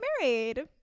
married